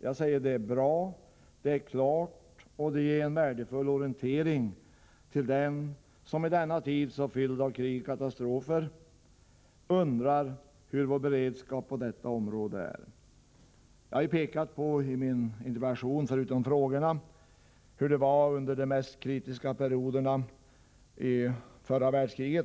Svaret är bra. Det är klart och det är en värdefull orientering för den som i en tid så fylld av krig och katastrofer undrar hur vår beredskap på detta område är. I min interpellation har jag — förutom de frågor jag ställt — pekat på hur det var under de mest kritiska perioderna under andra världskriget.